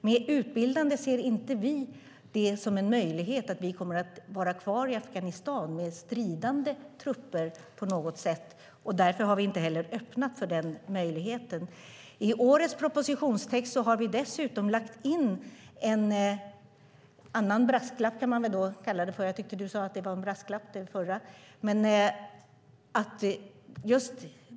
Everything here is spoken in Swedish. Med "utbildande" ser vi inte en möjlighet att vi kommer att vara kvar i Afghanistan med stridande trupper på något sätt. Därför har vi inte heller öppnat för den möjligheten. I årets propositionstext har vi dessutom lagt in en annan brasklapp, kan man väl kalla det för - jag tyckte att Hans Linde sade att den förra var en brasklapp.